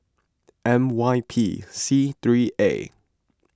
M Y P C three A